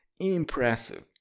impressive